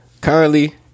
Currently